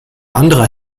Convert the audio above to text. anderer